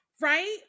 Right